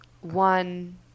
one